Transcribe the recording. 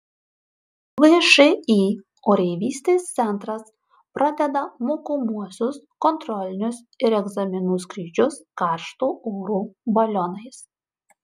všį oreivystės centras pradeda mokomuosius kontrolinius ir egzaminų skrydžius karšto oro balionais